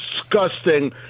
disgusting